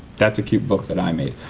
that's a cute book that i made